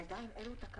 אבל עדיין לו תקנות.